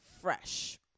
fresh